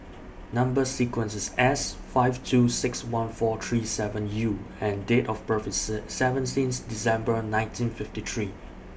Number sequence IS S five two six one four three seven U and Date of birth IS seventeenth December nineteen fifty three